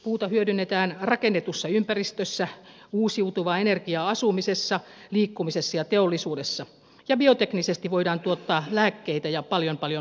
puuta hyödynnetään rakennetussa ympäristössä uusiutuvaa energiaa asumisessa liikkumisessa ja teollisuudessa ja bioteknisesti voidaan tuottaa lääkkeitä ja paljon paljon muuta